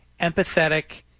empathetic